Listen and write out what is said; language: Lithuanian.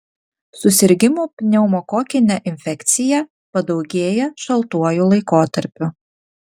susirgimų pneumokokine infekcija padaugėja šaltuoju laikotarpiu